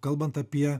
kalbant apie